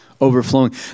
overflowing